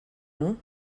nhw